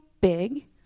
big